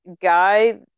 guy